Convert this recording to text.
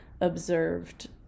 observed